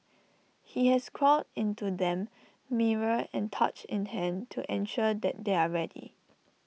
he has crawled into them mirror and torch in hand to ensure that they are ready